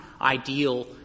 Ideal